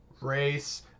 race